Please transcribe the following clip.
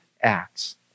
acts